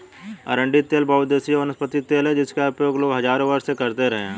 अरंडी तेल बहुउद्देशीय वनस्पति तेल है जिसका उपयोग लोग हजारों वर्षों से करते रहे हैं